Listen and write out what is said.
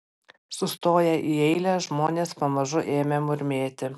sustoję į eilę žmonės pamažu ėmė murmėti